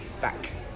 back